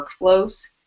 workflows